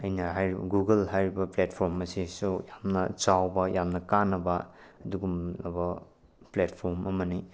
ꯑꯩꯅ ꯍꯥꯏꯔꯤꯕ ꯒꯨꯒꯜ ꯍꯥꯏꯔꯤꯕ ꯄ꯭ꯂꯦꯠꯐ꯭ꯣꯔꯝ ꯑꯁꯤꯁꯨ ꯌꯥꯝꯅ ꯆꯥꯎꯕ ꯌꯥꯝꯅ ꯀꯥꯟꯅꯕ ꯑꯗꯨꯒꯨꯝꯂꯕ ꯄ꯭ꯂꯦꯠꯐ꯭ꯣꯔꯝ ꯑꯃꯅꯤ